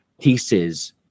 pieces